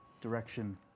direction